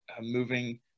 moving